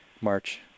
march